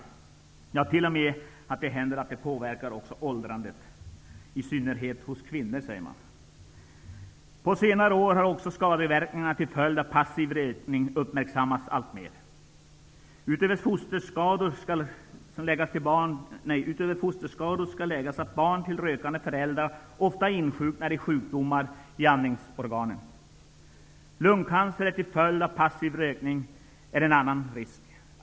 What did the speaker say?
Det händer t.o.m. att rökningen påverkar åldrandet, i synnerhet hos kvinnor. På senare år har också skadeverkningar till följd passiv rökning börjat uppmärksammas alltmer. Utöver fosterskador skall läggas att barn till rökande föräldrar ofta drabbas av sjukdomar i andningsorganen. Lungcancer till följd av passiv rökning är en annan risk.